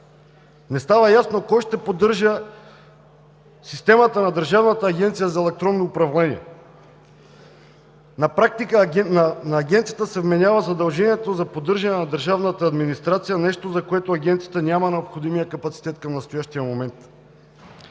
не става ясно кой ще поддържа системата на Държавната агенция за електронно управление. На практика на Агенцията се вменява задължението за поддържане на държавната администрация – нещо, за което Агенцията няма необходимия капацитет към настоящия момент.